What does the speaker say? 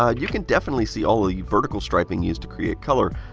um you can definitely see all of the vertical striping used to create color.